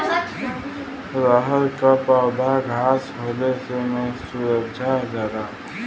रहर क पौधा घास होले से मूरझा जाला